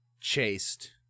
chased